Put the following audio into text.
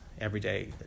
everyday